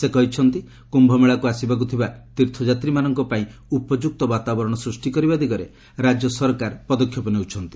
ସେ କହିଛନ୍ତି କ୍ୟୁମେଳାକୁ ଆସିବାକୁ ଥିବା ତୀର୍ଥଯାତ୍ରୀମାନଙ୍କ ପାଇଁ ଉପଯୁକ୍ତ ବାତାବରଣ ସୃଷ୍ଟି କରିବା ଦିଗରେ ରାଜ୍ୟ ସରକାର ପଦକ୍ଷେପ ନେଉଛନ୍ତି